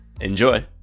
Enjoy